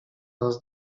nas